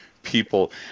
people